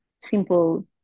simple